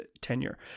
tenure